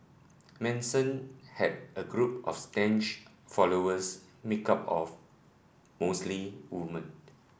Manson had a group of staunch followers made up of mostly women